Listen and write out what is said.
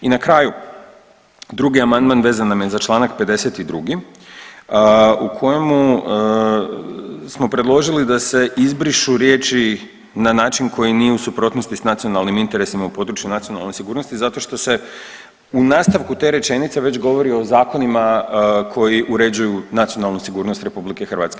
I na kraju, drugi amandman vezan nam je za čl. 52. u kojemu smo predložili da se izbrišu riječi na način koji nije u suprotnosti s nacionalnim interesima u području nacionalne sigurnosti zato što se u nastavku te rečenice već govori o zakonima koji uređuju nacionalnu sigurnost RH.